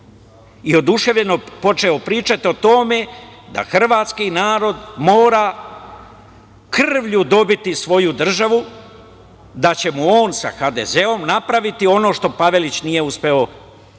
i oduševljeno počeo pričati o tome da Hrvatski narod mora krvlju dobiti svoju državu, da će mu on sa HDZ-om napraviti ono što Pavelić nije uspeo 1941.